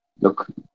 look